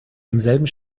demselben